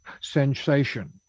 sensation